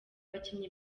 abakinnyi